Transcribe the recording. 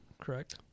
correct